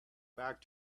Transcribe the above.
back